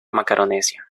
macaronesia